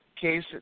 case